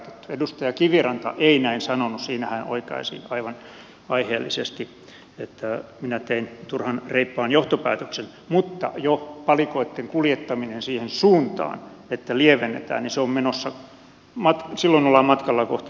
edustaja kiviranta ei näin sanonut siinä hän oikaisi aivan aiheellisesti että minä tein turhan reippaan johtopäätöksen mutta jo silloin jos palikoita kuljetetaan siihen suuntaan että lievennetään ollaan matkalla kohti nollaa